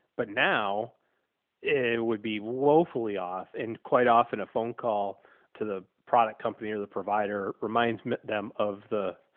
but now it would be woefully off and quite often a phone call to the product company or the provider reminds them of the.